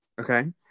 Okay